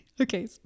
Okay